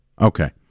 Okay